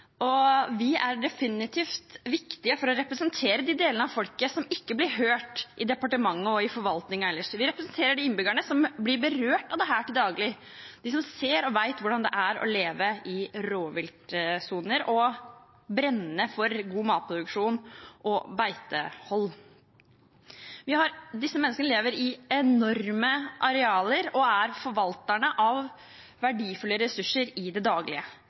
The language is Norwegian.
Vi er definitivt viktige for å representere de delene av folket som ikke blir hørt i departementet og forvaltningen ellers. Vi representerer de innbyggerne som blir berørt av dette til daglig, de som ser og vet hvordan det er å leve i rovviltsoner, og som brenner for god matproduksjon og beitehold. Disse menneskene lever på enorme arealer og er forvaltere av verdifulle ressurser i det daglige.